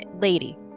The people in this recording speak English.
lady